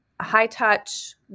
high-touch